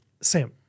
Sam